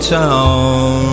town